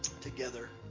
together